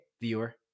viewer